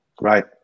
Right